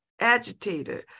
agitator